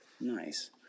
Nice